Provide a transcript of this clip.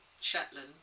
Shetland